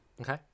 Okay